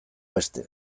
beste